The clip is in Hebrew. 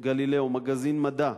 "גלילאו" מגזין מדע.